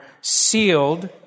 sealed